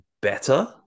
better